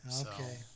Okay